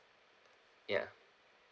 ya